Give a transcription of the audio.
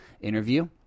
interview